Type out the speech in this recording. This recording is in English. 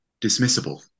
dismissible